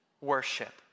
worship